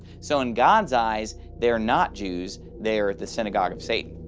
so in god's eyes, they are not jews, they are the synagogue of satan.